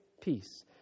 peace